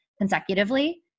consecutively